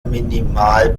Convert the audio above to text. minimal